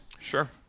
Sure